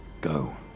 go